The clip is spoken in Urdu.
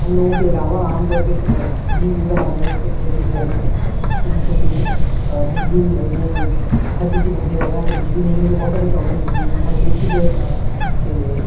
ہم لوگوں کے علاوہ عام طور پہ بھی اس زمانے میں اس جدید دور میں کسی صدی میں بجلی نے ہر کسی کو گھیرا ہویا اگر بجلی نہیں ہو تو بہت ساری پرابلمس ہوتی ہیں بہت بیسک ہے کہ